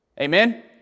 Amen